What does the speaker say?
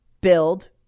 Build